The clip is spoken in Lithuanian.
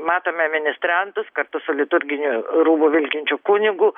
matome ministrantus kartu su liturginiu rūbu vilkinčiu kunigu